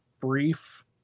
brief